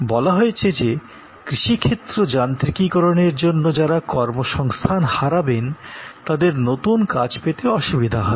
বলা হচ্ছে যে কৃষিক্ষেত্রে যান্ত্রিকীকরণের জন্য যারা কর্মসংস্থান হারাবেন তাদের নতুন কাজ পেতে অসুবিধা হবে